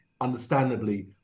understandably